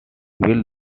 while